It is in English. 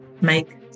make